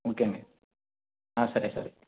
okay సరే సరే